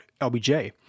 LBJ